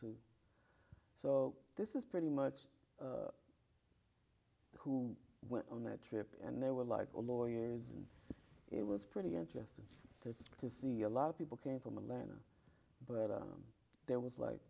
so this is pretty much who went on a trip and they were like all lawyers and it was pretty interesting to see a lot of people came from atlanta but there was like